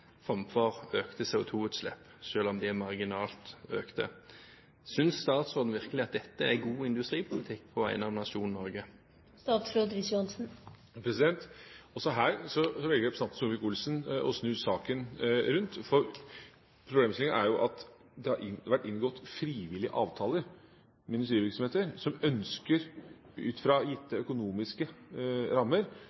framfor økte CO2-utslipp, selv om de er marginalt økte. Synes statsråden virkelig at dette er god industripolitikk på vegne av nasjonen Norge? Også her velger representanten Solvik-Olsen å snu saken rundt. Problemstillingen er jo at det har vært inngått frivillige avtaler med industrivirksomheter som ut fra